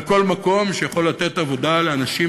על כל מקום שיכול לתת עבודה לאנשים,